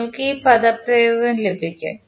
നിങ്ങൾക്ക് ഈ പദപ്രയോഗം ലഭിക്കും